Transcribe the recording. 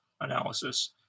analysis